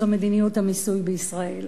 זו מדיניות המיסוי בישראל.